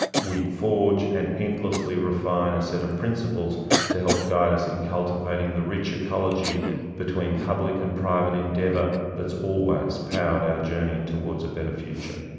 we'd forge and endlessly refine a set of principles to help guide us in cultivating the rich ecology between public and private endeavour that's always powered our journey toward a better future.